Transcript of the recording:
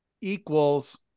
equals